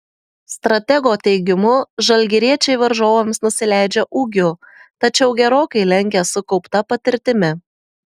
stratego teigimu žalgiriečiai varžovams nusileidžia ūgiu tačiau gerokai lenkia sukaupta patirtimi